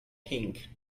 pink